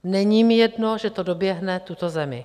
Není mi jedno, že to doběhne tuto zemi.